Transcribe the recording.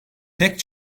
pek